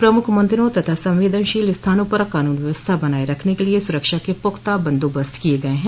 प्रमुख मंदिरों तथा संवेदनशील स्थानों पर कानून व्यवस्था बनाये रखने क लिये सुरक्षा के पुख्ता बंदोबस्त किये गये हैं